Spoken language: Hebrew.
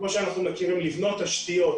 לבנות תשתיות